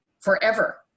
forever